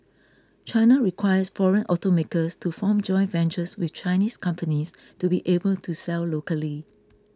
China requires foreign automakers to form joint ventures with Chinese companies to be able to sell locally